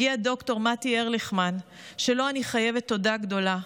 הגיע ד"ר מתי ארליכמן, שלו אני חייבת תודה גדולה.